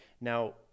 now